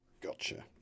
Gotcha